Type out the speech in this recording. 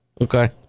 Okay